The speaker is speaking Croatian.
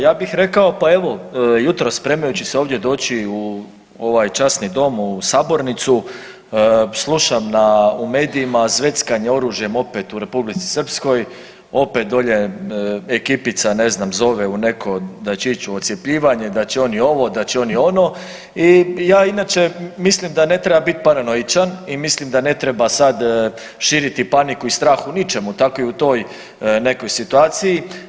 Ja bih rekao, pa evo, jutros spremajući se ovdje doći u ovaj časni Dom, u sabornicu, slušam na, u medijima, zveckanje oružjem opet u Republici Srpskoj, opet dolje ekipica, ne znam, zove u neko, da će ići u odcjepljivanje, da će oni ovo, da će oni ono i ja inače mislim da ne treba biti paranoičan i mislim da ne treba sad širiti paniku i strah u ničemu, tako i u toj nekoj situaciji.